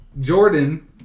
Jordan